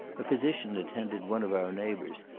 a physician attended one of our neighbours,